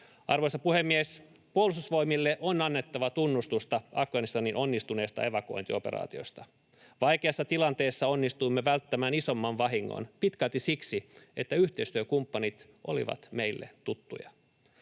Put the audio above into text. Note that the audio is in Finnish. Arvoisa puhemies! Puolustusvoimille on annettava tunnustusta Afganistanin onnistuneesta evakuointioperaatiosta. Vaikeassa tilanteessa onnistuimme välttämään isomman vahingon pitkälti siksi, että yhteistyökumppanit olivat meille tuttuja.